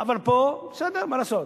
אבל פה, בסדר, מה לעשות.